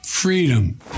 Freedom